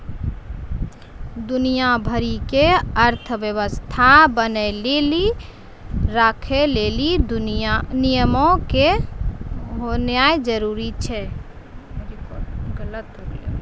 दुनिया भरि के अर्थव्यवस्था बनैलो राखै लेली नियमो के होनाए जरुरी छै